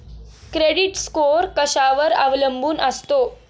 Credit score कशावर अवलंबून असतो?